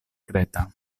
creta